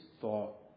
thought